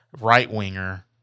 right-winger